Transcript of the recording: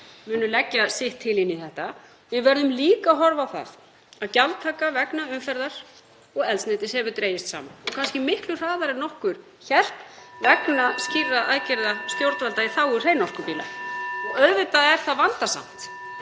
munu leggja sitt inn í þetta. Við verðum líka að horfa á það að gjaldtaka vegna umferðar og eldsneytis hefur dregist saman, kannski miklu hraðar en nokkur hélt, vegna skýrra aðgerða stjórnvalda í þágu (Forseti hringir.) hreinorkubíla. Auðvitað er vandasamt